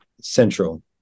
central